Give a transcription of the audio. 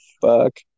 Fuck